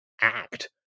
act